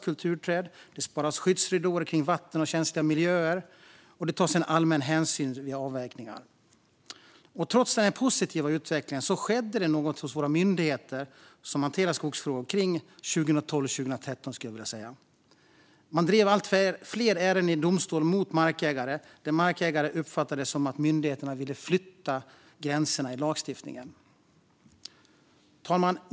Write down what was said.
Kulturträd sparas liksom skyddsridåer kring vatten och känsliga miljöer, och det tas en allmän hänsyn vid avverkningar. Trots denna positiva utveckling skedde det något hos våra myndigheter som hanterar skogsfrågor kring 2012-2013, skulle jag vilja säga. Man drev allt fler ärenden i domstol mot markägare, där markägare uppfattade det som att myndigheterna ville flytta gränserna i lagstiftningen. Fru talman!